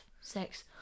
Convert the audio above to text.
sex